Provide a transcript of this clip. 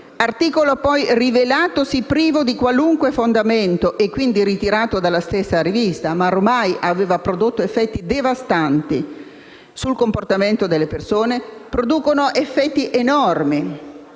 vaccini (poi rivelatosi privo di qualunque fondamento e quindi ritirato dalla stessa rivista, ma ormai aveva prodotto effetti devastanti sul comportamento delle persone) producono effetti enormi,